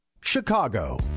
Chicago